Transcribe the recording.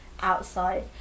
outside